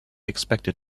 expected